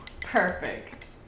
perfect